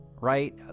right